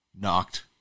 Knocked